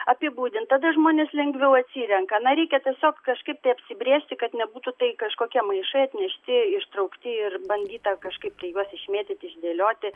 apibūdint tada žmonės lengviau atsirenka na reikia tiesiog kažkaip tai apsibrėžti kad nebūtų tai kažkokie maišai atnešti ištraukti ir bandyta kažkaip tai juos išmėtyti išdėlioti